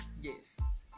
Yes